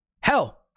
Hell